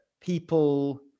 people